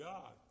God